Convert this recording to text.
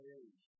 age